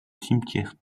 cimetière